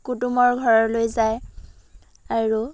কুটুমৰ ঘৰলৈ যায় আৰু